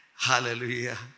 Hallelujah